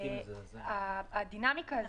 הדינמיקה הזו,